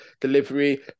delivery